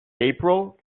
april